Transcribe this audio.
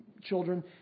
children